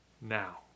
now